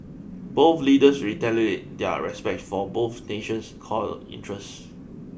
both leaders reiterated their respect for both nation's core interests